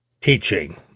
teaching